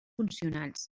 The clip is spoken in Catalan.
funcionals